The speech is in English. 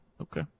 Okay